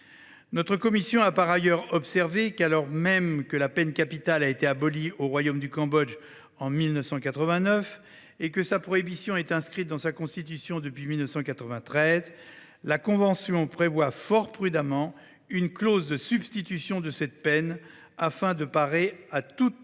la commission a observé qu’alors même que la peine capitale a été abolie au royaume du Cambodge en 1989 et que sa prohibition est inscrite dans sa constitution depuis 1993, la convention prévoit fort prudemment une clause de substitution de cette peine, afin de parer à toute